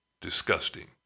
Disgusting